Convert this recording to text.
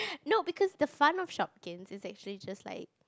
no because the fun of Shopkins is actually just like